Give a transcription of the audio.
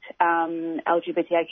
LGBTIQ